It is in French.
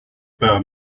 par